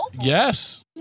Yes